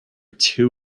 two